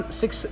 six